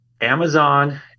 Amazon